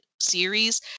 series